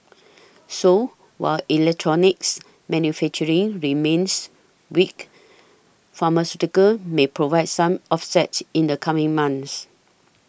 so while electronics manufacturing remains weak pharmaceuticals may provide some offset in the coming months